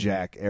Jack